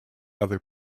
other